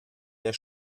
der